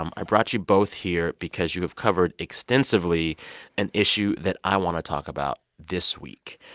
um i brought you both here because you have covered extensively an issue that i want to talk about this week.